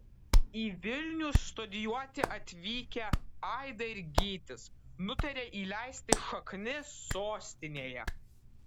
į vilnių studijuoti atvykę aida ir gytis nutarė įleisti šaknis sostinėje